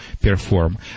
perform